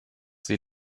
sie